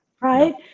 right